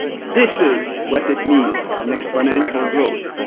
this is what it means an exponential growth!